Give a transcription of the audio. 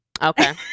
Okay